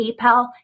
PayPal